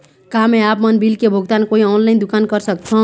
का मैं आपमन बिल के भुगतान कोई ऑनलाइन दुकान कर सकथों?